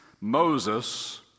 Moses